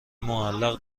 معلق